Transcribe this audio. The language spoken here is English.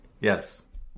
Yes